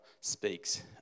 speaks